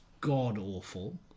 god-awful